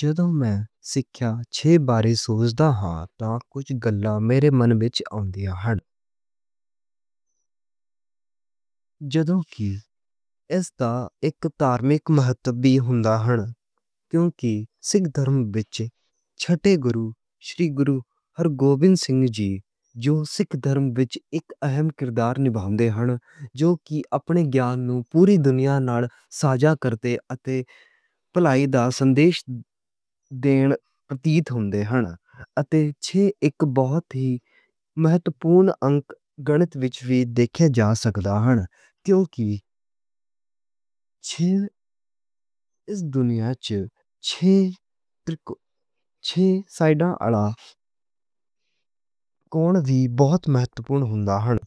جدوں میں چھے بارے سوچدا ہاں تاں کچھ گلاں میرے من وچ آندیاں ہن۔ جدوں کہ اس دا ایک دھارمک مہتواں وی ہندا اے۔ کیونکہ سکھ دھرم وچ چھٹے گرو شری گرو ہرگوبند سنگھ جی جو سکھ دھرم وچ اک اہم کردار نبھاؤندے ہن۔ جو کہ اپنے گیان نوں پوری دنیا نال سانجھا کردے۔ اتے پلے دا سنچار دین پرتی آندے ہن۔ اتے چھے اک بہت ہی مہتوپون انک گنت وچ وی ویکھیا جا سکدا اے۔ کیونکہ اس دنیا چ چھے۔